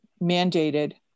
mandated